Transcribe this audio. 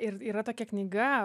ir yra tokia knyga